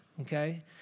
okay